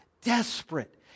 desperate